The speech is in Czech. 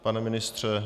Pane ministře?